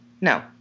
No